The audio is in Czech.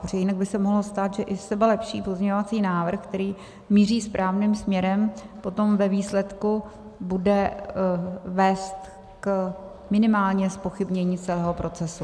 Protože jinak by se mohlo stát, že i sebelepší pozměňovací návrh, který míří správným směrem, potom ve výsledku bude vést minimálně ke zpochybnění celého procesu.